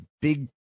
big